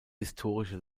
historische